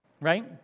Right